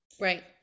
Right